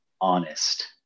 honest